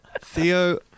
Theo